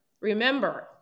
remember